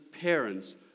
parents